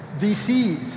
VCs